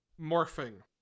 Morphing